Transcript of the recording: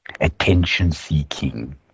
attention-seeking